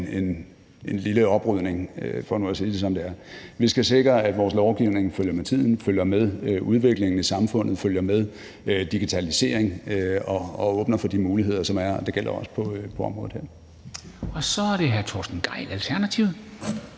en lille oprydning, for nu at sige det, som det er. Vi skal sikre, at vores lovgivning følger med tiden, følger med udviklingen i samfundet, følger med digitaliseringen og åbner for de muligheder, som er, og det gælder også på området her. Kl. 14:06 Formanden (Henrik